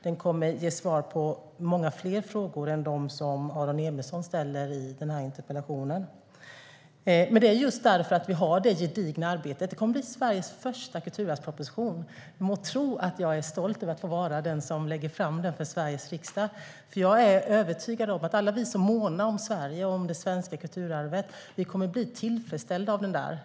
Den kommer att ge svar på många fler frågor än dem som Aron Emilsson ställer i interpellationen. Vi har det gedigna arbetet. Det kommer att bli Sveriges första kulturarvsproposition. Du må tro att jag är stolt över att få vara den som lägger fram den för Sveriges riksdag. Jag är övertygad om att alla vi som månar om Sverige och det svenska kulturarvet kommer att bli tillfredsställda av den.